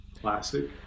classic